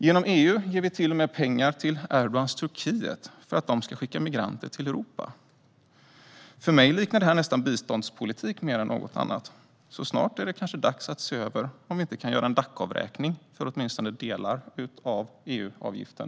Genom EU ger vi till och med pengar till Erdogans Turkiet för att de ska skicka migranter till Europa. För mig liknar det här biståndspolitik mer än något annat, så snart är det kanske dags att se över om vi inte kan göra en Dac-avräkning mot biståndsramen för åtminstone delar av EU-avgiften.